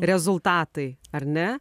rezultatai ar ne